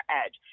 edge